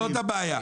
זאת הבעיה.